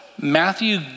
Matthew